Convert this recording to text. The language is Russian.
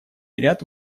ряд